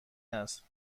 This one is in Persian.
است